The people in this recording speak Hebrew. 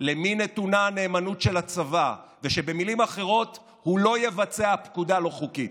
למי נתונה הנאמנות של הצבא ושבמילים אחרות הוא לא יבצע פקודה לא חוקית.